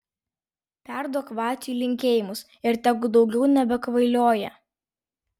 perduok vaciui linkėjimus ir tegu daugiau nebekvailioja